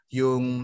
yung